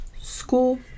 School